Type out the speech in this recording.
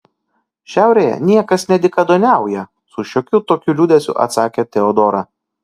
šiaurėje niekas nedykaduoniauja su šiokiu tokiu liūdesiu atsakė teodora